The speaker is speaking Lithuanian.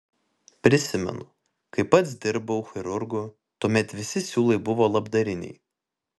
prisimenu kai pats dirbau chirurgu tuomet visi siūlai buvo labdariniai